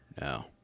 No